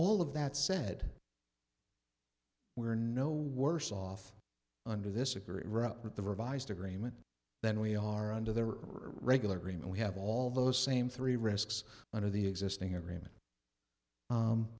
all of that said we're no worse off under this agreement up with the revised agreement than we are under there are regular agreement we have all those same three risks under the existing agreement